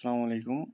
سَلامُ علَیکُم